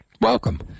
Welcome